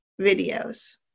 videos